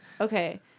Okay